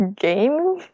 game